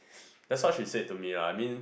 that's what she said to me lah I mean